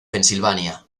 pensilvania